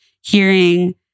hearing